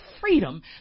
freedom